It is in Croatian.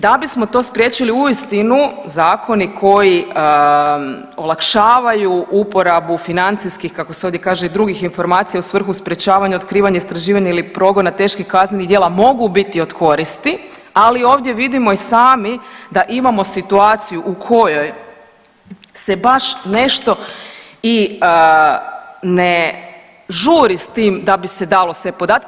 Da bismo to spriječili uistinu zakoni koji olakšavaju uporabu financijskih kako se ovdje kaže i drugih informacija u svrhu sprječavanja otkrivanja istraživanja ili progona teških kaznenih djela mogu biti od koristi, ali ovdje vidimo i sami da imamo situaciju u kojoj se baš nešto i ne žuri s tim da bi se dalo te podatke.